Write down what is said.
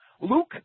Luke